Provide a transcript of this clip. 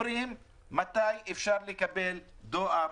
אומרים: מתי אפשר לקבל דואר?